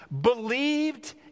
believed